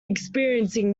experiencing